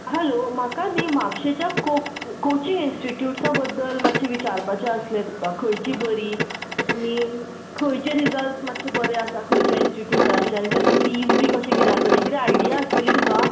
hello म्हाका न्ही म्हापशेच्या को कोचींग इनस्टिट्युट्सा बद्दल मातशें विचारपाचें आसलें तुका खंयची बरी आनी खंयचे रिजलट्स मातशे बरें आसा खंयच्या इनस्टिट्युटाचे आनी तांचे फिज बी कशें कितें आसा ती कितें आयडिया आसतली तुका